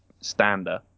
Stander